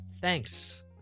Thanks